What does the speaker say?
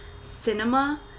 cinema